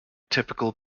typical